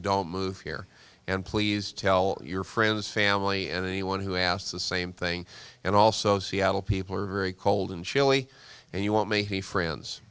don't move here and please tell your friends family and anyone who asks the same thing and also seattle people are very cold and chilly and you want me he friends